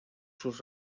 sus